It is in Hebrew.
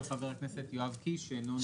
הסתייגות של חבר הכנסת יואב קיש שאינו נמצא.